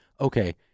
okay